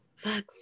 Fuck